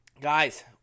guys